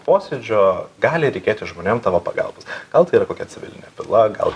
posėdžio gali reikėti žmonėm tavo pagalbos gal tai yra kokia civilinė byla gal